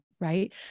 right